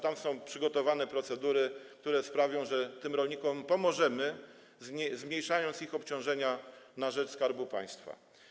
Tam są przygotowane procedury, które sprawią, że tym rolnikom pomożemy, zmniejszając ich obciążenia na rzecz Skarbu Państwa.